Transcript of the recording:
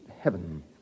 heaven